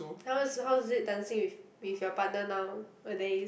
how is how is it dancing with with your partner now a days